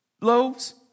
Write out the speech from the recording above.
loaves